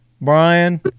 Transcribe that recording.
Brian